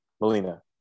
Melina